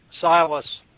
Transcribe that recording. Silas